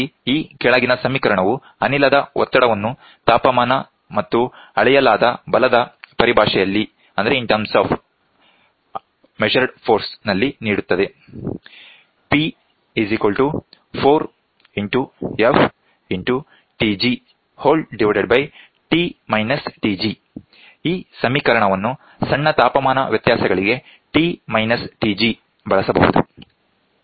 ಈ ಕೆಳಗಿನ ಸಮೀಕರಣವು ಅನಿಲದ ಒತ್ತಡವನ್ನು ತಾಪಮಾನ ಮತ್ತು ಅಳೆಯಲಾದ ಬಲದ ಪರಿಭಾಷೆಯಲ್ಲಿ ನೀಡುತ್ತದೆ ಈ ಸಮೀಕರಣವನ್ನು ಸಣ್ಣ ತಾಪಮಾನ ವ್ಯತ್ಯಾಸಗಳಿಗೆ T Tg ಬಳಸಬಹುದು